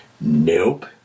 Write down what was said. Nope